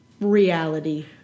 reality